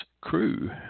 crew